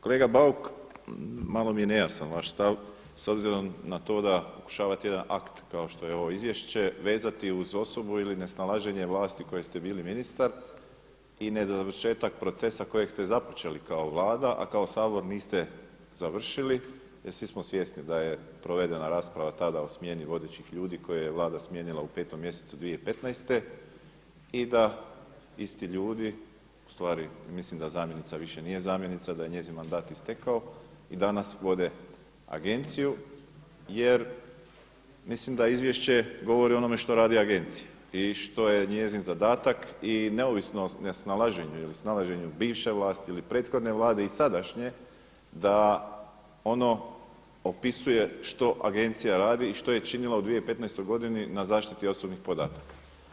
Kolega Bauk malo mi ne nejasan vaš stav s obzirom na to da pokušavate jedan akt kao što je ovo izvješće vezati uz osobu ili nesnalaženje vlasti u kojoj ste bili ministar i ne dovršetak procesa kojeg ste započeli kao Vlada, a kao Sabor niste završili jer svi smo svjesni da je provedena rasprava tada o smjeni vodećih ljudi koje je Vlada smijenila u 5. mjesecu 2015. i da isti ljudi ustvari da zamjenica više nije zamjenica da je njezin mandat istekao i danas vode Agenciju jer mislim da izvješće govori o onome što radi Agencija i što je njezin zadataka i neovisno o nesnalaženju ili snalaženju bivše vlasti ili prethodne Vlade i sadašnje da ono opisuje što Agencija radi i što je činila u 2015. godini na zaštiti osobnih podataka.